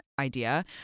idea